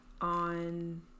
on